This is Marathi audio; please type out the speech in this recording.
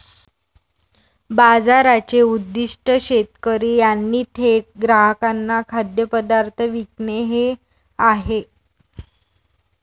बाजाराचे उद्दीष्ट शेतकरी यांनी थेट ग्राहकांना खाद्यपदार्थ विकणे हे आहे